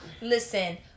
Listen